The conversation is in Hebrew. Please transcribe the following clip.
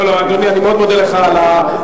אדוני השר פלד, אני מאוד מודה לך על הרעיונות.